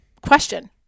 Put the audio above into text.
question